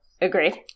agreed